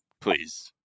please